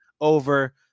over